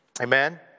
Amen